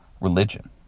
religion